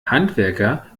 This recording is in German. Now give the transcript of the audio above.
handwerker